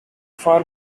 former